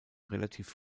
relativ